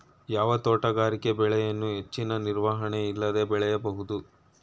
ಯಾವ ತೋಟಗಾರಿಕೆ ಬೆಳೆಯನ್ನು ಹೆಚ್ಚಿನ ನಿರ್ವಹಣೆ ಇಲ್ಲದೆ ಬೆಳೆಯಬಹುದು?